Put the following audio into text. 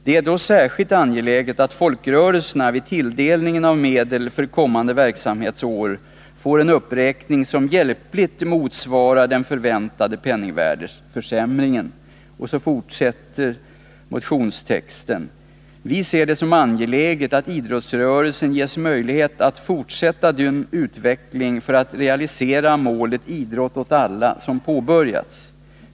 Det är då särskilt angeläget att folkrörelserna vid tilldelningen av medel för kommande verksamhetsår får en uppräkning som hjälpligt motsvarar den förväntade penningvärdeförsämringen. ——-- Viser det som angeläget att idrottsrörelsen ges möjlighet att fortsätta den utveckling för att realisera målet idrott åt alla som påbörjats.